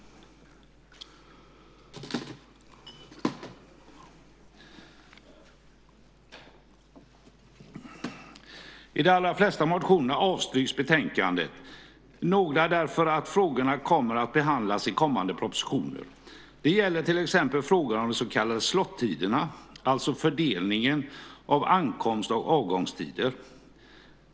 De allra flesta motioner avstyrks i betänkandet, några därför att frågorna kommer att behandlas i kommande propositioner. Det gäller till exempel frågor om de så kallade slot tiderna, alltså fördelningen av ankomst och avgångstider.